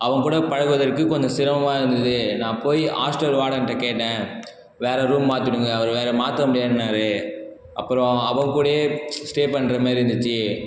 அவன் கூட பழகுவதற்கு கொஞ்சம் சிரமமாக இருந்தது நான் போய் ஹாஸ்டல் வார்டன்கிட்ட கேட்டேன் வேற ரூம் மாற்றி விடுங்கள் அவர் வேற மாற்ற முடியாதுன்னாரு அப்புறம் அவன் கூடயே ஸ்டே பண்ணுற மாரி இருந்துச்சு